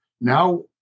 now